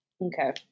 Okay